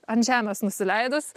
ant žemės nusileidus